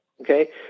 Okay